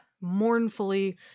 mournfully